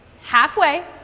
Halfway